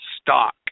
stock